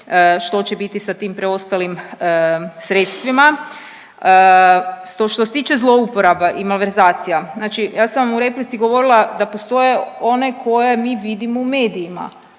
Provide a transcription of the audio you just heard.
što će biti sa tim preostalim sredstvima. Što se tiče zlouporaba i malverzacija, znači ja sam vam u replici govorila da postoje one koje mi vidimo u medijima,